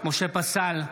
משה פסל,